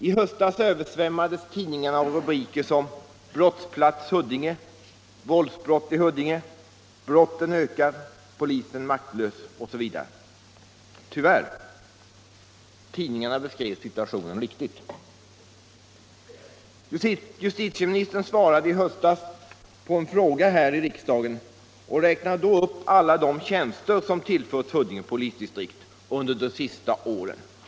I höstas översvämmades tidningarna av rubriker som ”Brottsplats Huddinge”, ”Våldsbrott i Huddinge”, ”Brotten ökar — Polisen maktlös” osv. Tyvärr beskrev tidningarna situationen riktigt. Justitieministern svarade i höstas på en fråga här i riksdagen och räknade då upp alla de tjänster som tillförts Huddinge polisdistrikt under de senaste åren.